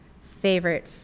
favorite